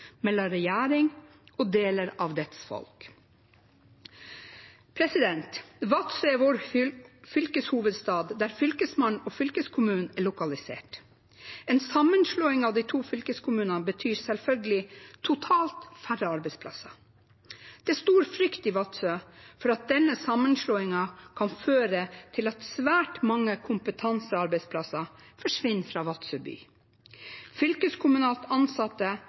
mellom regjering og deler av folket. Vadsø er vår fylkeshovedstad, der Fylkesmannen og fylkeskommunen er lokalisert. En sammenslåing av de to fylkeskommunene betyr selvfølgelig færre arbeidsplasser totalt. Det er stor frykt i Vadsø for at denne sammenslåingen kan føre til at svært mange kompetansearbeidsplasser forsvinner fra Vadsø by. Fylkeskommunalt ansatte